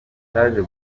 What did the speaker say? cyaje